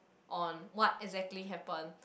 on what exactly happen